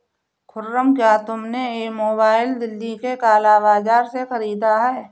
खुर्रम, क्या तुमने यह मोबाइल दिल्ली के काला बाजार से खरीदा है?